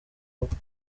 ubukwe